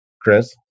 Chris